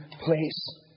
place